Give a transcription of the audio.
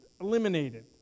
eliminated